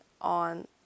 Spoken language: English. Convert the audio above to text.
on